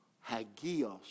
Hagios